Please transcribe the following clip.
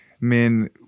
men